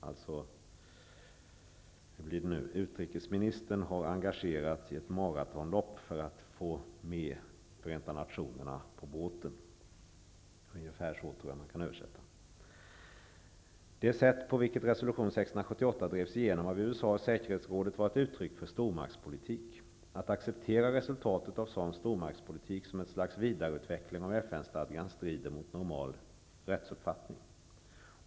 I översättning ungefär: Utrikesministern har engagerats i ett maratonlopp för att få med Förenta nationerna på båten. Det sätt på vilket resolution 678 drevs igenom av USA i säkerhetsrådet var ett uttryck för stormaktspolitik. Att acceptera resultatet av en sådan stormaktspolitik som ett slags vidareutveckling av FN-stadgan strider mot normal rättsuppfattning.